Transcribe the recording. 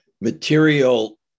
material